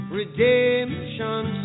redemption